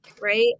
right